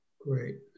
Great